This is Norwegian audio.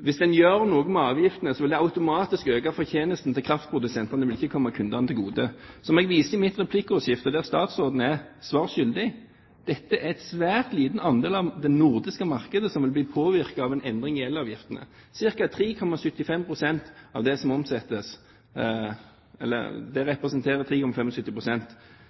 hvis en gjør noe med avgiftene, vil det automatisk øke fortjenesten til kraftprodusentene, det vil ikke komme kundene til gode. Som jeg viste til i replikkordskiftet, der statsråden var svar skyldig, er det en svært liten andel av det nordiske markedet som vil bli påvirket av en endring i elavgiftene. Det representerer